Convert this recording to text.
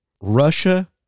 Russia